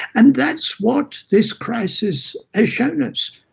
and that's what this crisis has shown us.